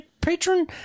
patron